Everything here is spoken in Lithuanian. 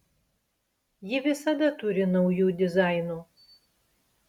ji visada turi naujų dizainų